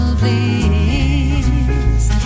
please